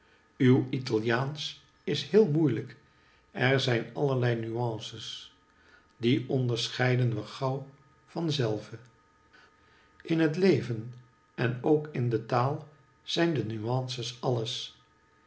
uw italiaansch is heel moeilijk er zijn allerlei nuances die onderscheiden we zoo gauw van zelve in het leven en ook in de taal zijn de nuances alles